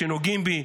שנוגעים בי.